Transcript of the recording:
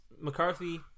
mccarthy